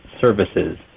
Services